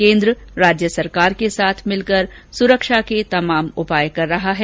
केन्द्र राज्य सरकार के साथ मिलकर सुरक्षा के तमाम उपाय कर रहा है